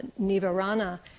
Nivarana